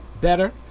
better